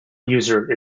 user